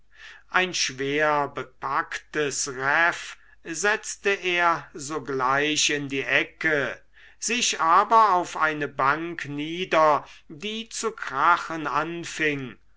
ein schwer bepacktes reff setzte er sogleich in die ecke sich aber auf eine bank nieder die zu krachen anfing